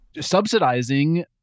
subsidizing